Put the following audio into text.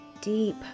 deep